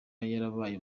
yarabaye